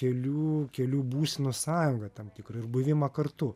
kelių kelių būsenų sąjungą tam tikrą ir buvimą kartu